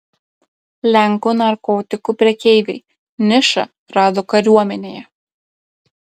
lenkų narkotikų prekeiviai nišą rado kariuomenėje